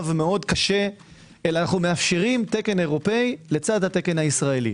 וקשה אלא מאפשרים תקן אירופאי לצד התקן הישראלי.